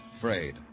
frayed